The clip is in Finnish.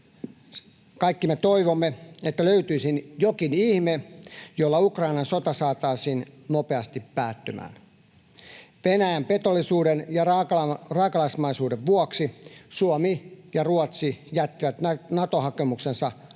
Kaikki me toivomme, että löytyisi jokin ihme, jolla Ukrainan sota saataisiin nopeasti päättymään. Venäjän petollisuuden ja raakalaismaisuuden vuoksi Suomi ja Ruotsi jättivät Nato-hakemuksensa hakeakseen